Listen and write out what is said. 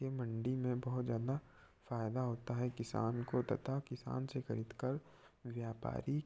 की मंडी में बहुत ज़्यादा फ़ायदा होता है किसान को तथा किसान से ख़रीद कर व्यापारी